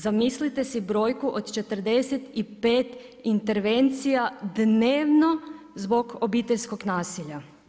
Zamislite si brojku od 45 intervencija dnevno zbog obiteljskog nasilja.